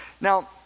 Now